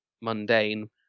mundane